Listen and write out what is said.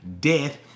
death